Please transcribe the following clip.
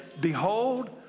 Behold